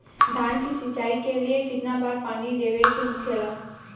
धान की सिंचाई के लिए कितना बार पानी देवल के होखेला?